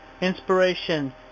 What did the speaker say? inspiration